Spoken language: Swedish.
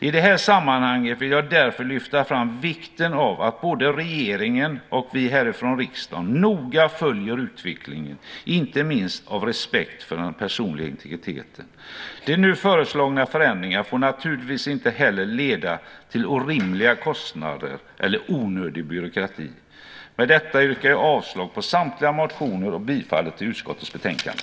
I det här sammanhanget vill jag därför lyfta fram vikten av att både regeringen och vi härifrån riksdagen noga följer utvecklingen, inte minst av respekt för den personliga integriteten. De nu föreslagna förändringarna får naturligtvis inte heller leda till orimliga kostnader eller onödig byråkrati. Med detta yrkar jag avslag på samtliga motioner och bifall till förslaget i utskottets betänkande.